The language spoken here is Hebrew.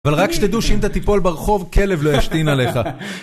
אבל רק שתדעו שאם אתה תיפול ברחוב, כלב לא ישתין עליך.